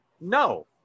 No